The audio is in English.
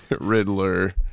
Riddler